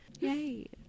Yay